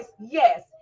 yes